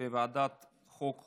לוועדת החוקה,